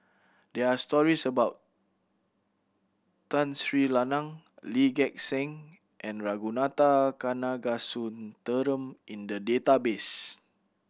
there are stories about Tun Sri Lanang Lee Gek Seng and Ragunathar Kanagasuntheram in the database